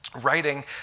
writing